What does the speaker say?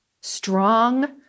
strong